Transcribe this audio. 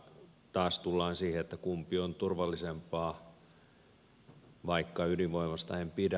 taas tullaan siihen kumpi on turvallisempaa vaikka ydinvoimasta en pidä